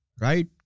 Right